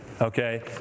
okay